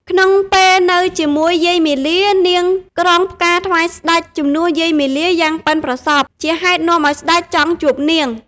ក្នុងពេលនៅជាមួយយាយមាលា នាងក្រងផ្កាថ្វាយស្តេចជំនួសយាយមាលាយ៉ាងប៉ិនប្រសប់ ជាហេតុនាំឱ្យស្តេចចង់ជួបនាង។